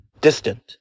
distant